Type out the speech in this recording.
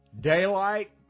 daylight